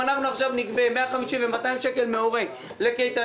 אם אנחנו עכשיו נגבה 150-200 שקלים מהורה לקייטנה,